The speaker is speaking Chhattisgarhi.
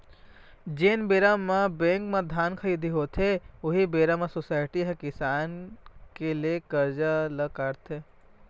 जेन बेरा बेंक म धान खरीदी होथे, उही बेरा म सोसाइटी ह किसान के ले करजा ल काटथे